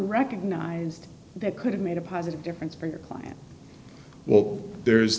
recognised that could have made a positive difference for your client well there